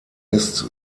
ist